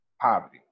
poverty